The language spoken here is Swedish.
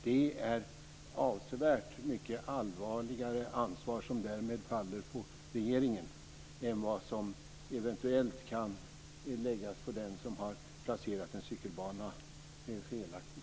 Det är ett avsevärt mycket allvarligare ansvar som därmed faller på regeringen än vad som eventuellt kan läggas på den som har placerat en cykelbana felaktigt.